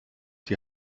die